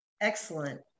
excellent